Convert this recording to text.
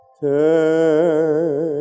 Turn